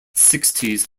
sixties